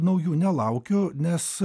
naujų nelaukiu nes